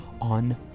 on